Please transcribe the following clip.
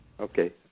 Okay